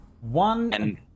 One